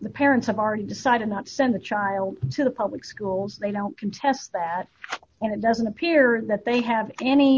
the parents have already decided not to send the child to the public schools they don't contest that on it doesn't appear that they have any